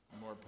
more